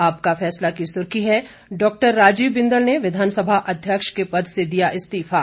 आपका फैसला की सुर्खी है डॉ राजीव बिंदल ने विधानसभा अध्यक्ष के पद से दिया इस्तीफा